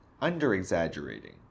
under-exaggerating